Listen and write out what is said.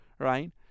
Right